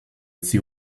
see